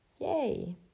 yay